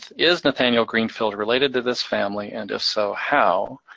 is nathaniel greenfield related to this family, and if so, how?